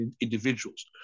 individuals